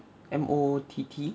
M O T T